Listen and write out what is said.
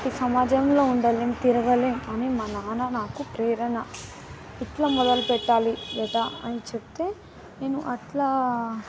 ఈ సమాజంలో ఉండలేము తిరగలేము అని మా నాన్న నాకు ప్రేరణ ఇట్లా మొదలు పెట్టాలి బేటా అని చెబితే నేను అట్లా